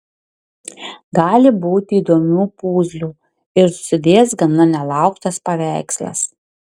gali būti įdomių puzlių ir susidės gana nelauktas paveikslas